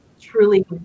truly